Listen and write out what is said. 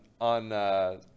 On